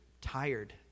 tired